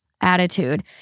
attitude